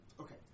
Okay